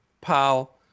Powell